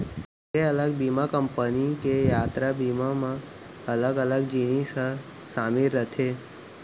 अलगे अलग बीमा कंपनी के यातरा बीमा म अलग अलग जिनिस ह सामिल रथे